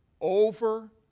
Over